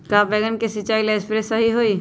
का बैगन के सिचाई ला सप्रे सही होई?